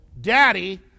daddy